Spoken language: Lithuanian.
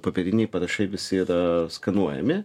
popieriniai parašai visi yra skenuojami